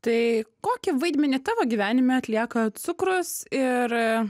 tai kokį vaidmenį tavo gyvenime atlieka cukrus ir e